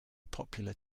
popular